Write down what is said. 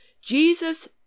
Jesus